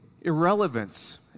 Irrelevance